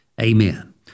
Amen